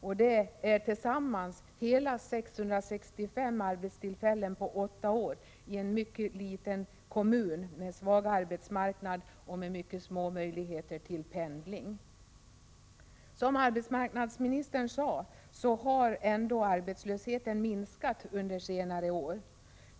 Det skulle tillsammans bli en minskning med hela 665 arbetstillfällen på åtta år i en mycket liten kommun med svag arbetsmarknad och med mycket små möjligheter till pendling. Som arbetsmarknadsministern sade, har ändå arbetslösheten minskat under senare år.